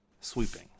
sweeping